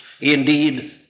Indeed